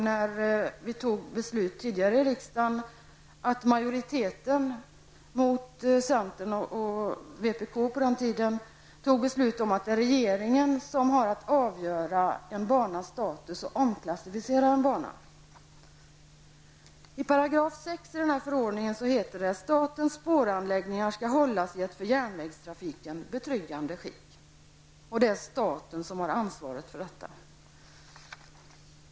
När vi tog beslut tidigare i riksdagen blev det så att en majoritet mot centern och vpk, som vi hette på den tiden, tog beslut om att det är regeringen som har att avgöra en banas status och att omklassificera en bana. I 6 § i den här förordningen heter det: ''Statens spåranläggningar skall hållas i ett för järnvägstrafiken betryggande skick.'' Det är staten som har ansvaret för detta.